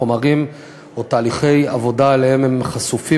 חומרים או תהליכי עבודה שאליהם הם חשופים,